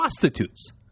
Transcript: prostitutes